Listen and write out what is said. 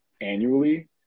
annually